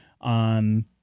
on